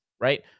right